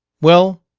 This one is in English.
well,